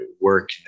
work